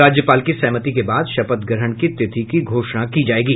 राज्यपाल की सहमति के बाद शपथ ग्रहण की तिथि की घोषणा की जायेगी